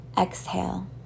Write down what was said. exhale